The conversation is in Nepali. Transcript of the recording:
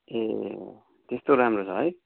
ए त्यस्तो राम्रो छ है